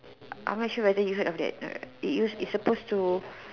I'm actually whether you heard of that it's it's suppose to